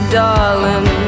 darling